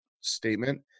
statement